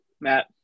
matt